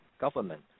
government